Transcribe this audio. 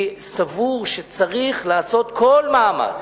אני סבור שצריך לעשות כל מאמץ,